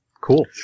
cool